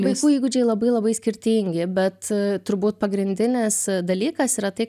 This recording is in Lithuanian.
vaikų įgūdžiai labai skirtingi bet turbūt pagrindinis dalykas yra tai